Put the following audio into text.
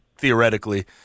theoretically